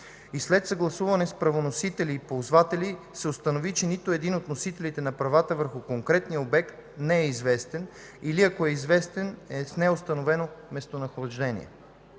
и след съгласуване с правоносители и ползватели се установи, че нито един от носителите на права върху конкретния обект не е известен, или ако е известен – е с неустановено местонахождениe.